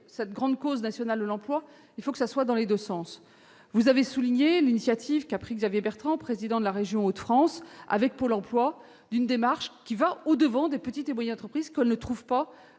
cette grande cause nationale de l'emploi, il faut que cela se fasse dans les deux sens. Vous avez rappelé l'initiative prise par Xavier Bertrand, président de la région Hauts-de-France, avec Pôle emploi, consistant à aller au-devant des petites et moyennes entreprises qui ne trouvent pas